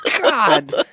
God